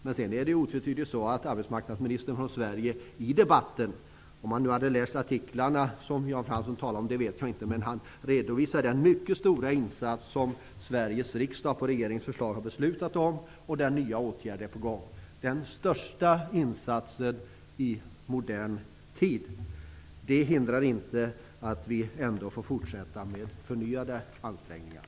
Men det är otvetydigt så att arbetsmarknadsministern från Sverige i debatten -- om han hade lästa de artiklar som Jan Fransson talade om vet jag inte -- redovisade den mycket stora insats som Sveriges riksdag, på regeringens förslag, har beslutat om, och där nya åtgärder är på gång. Det är den största insatsen i modern tid. Det hindrar inte att vi ändå får fortsätta med förnyade ansträngningar.